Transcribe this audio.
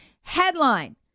Headline